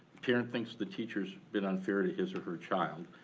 parent thinks the teacher's been unfair to his or her child.